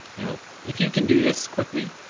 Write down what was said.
you know if you can do this quickly,